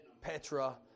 Petra